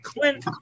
Clint